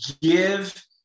give